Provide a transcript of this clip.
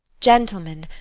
gentlemen,